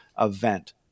event